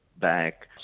back